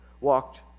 walked